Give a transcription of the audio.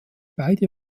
beide